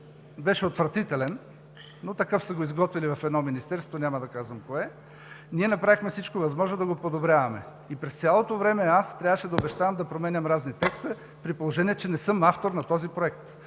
беше отвратителен, но такъв са го изготвили в едно министерство, няма да казвам кое, ние направихме всичко възможно да го подобряваме. През цялото време аз трябваше да обещавам да променям разни текстове, при положение че не съм автор на този проект.